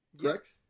Correct